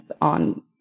on